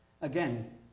Again